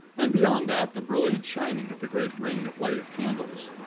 and beyond that the brilliant shining of the great ring of lighted candles.